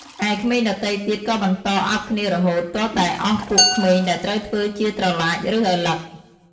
ឯក្មេងដទៃទៀតក៏បន្តអោបគ្នារហួត ទាល់តែអស់ពួកក្មេងដែលត្រូវធ្វើជាត្រឡាច ឬ ឪឡឹក ។